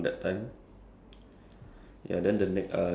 so like he okay let's say he smoke under void deck